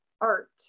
art